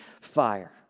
fire